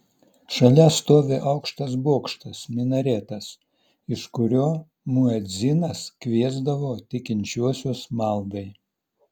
šalia stovi aukštas bokštas minaretas iš kurio muedzinas kviesdavo tikinčiuosius maldai